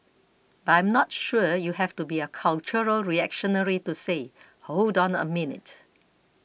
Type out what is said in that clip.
but I am not sure you have to be a cultural reactionary to say hold on a minute